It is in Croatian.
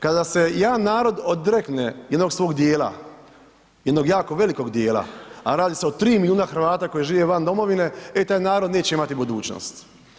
Kada se jedan narod odrekne jednog svog dijela, jednog jako velikog dijela, a radi se o 3 milijuna Hrvata koji žive van domovine, e taj narod neće imati budućnost.